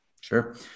Sure